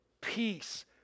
peace